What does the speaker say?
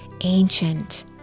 ancient